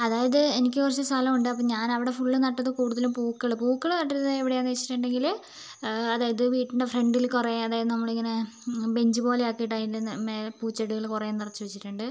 അതായത് എനിക്ക് കുറച്ച് സ്ഥലം ഉണ്ട് അപ്പോൾ ഞാൻ അവിടെ ഫുള്ള് നട്ടത് കുടുതലും പൂക്കള് പൂക്കള് നട്ടിരുന്നത് എവിടെയാന്ന് വച്ചിട്ടുണ്ടെങ്കില് അതായത് വീട്ടിൻ്റെ ഫ്രണ്ടില് കുറേ അതായത് നമ്മളിങ്ങനെ ബെഞ്ച് പോലെയാക്കിയിട്ട് അതിൻ്റെ മേലെ പൂച്ചെടികള് കുറെ നിറച്ച് വച്ചിട്ടുണ്ട്